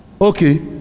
Okay